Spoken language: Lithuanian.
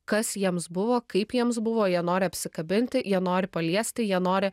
kas jiems buvo kaip jiems buvo jie nori apsikabinti jie nori paliesti jie nori